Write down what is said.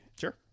Sure